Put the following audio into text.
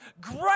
great